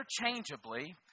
interchangeably